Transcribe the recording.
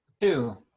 two